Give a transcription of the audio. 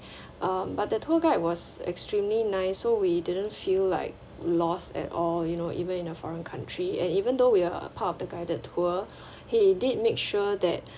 um but the tour guide was extremely nice so we didn't feel like loss at all you know even in a foreign country and even though we are part of the guided tour he did make sure that